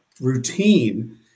routine